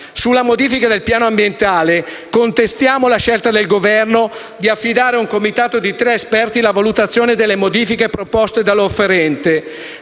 Sulla modifica del piano ambientale contestiamo la scelta del Governo di affidare a un comitato di tre esperti la valutazione delle modifiche proposte dall'offerente.